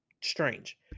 Strange